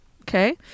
Okay